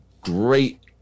great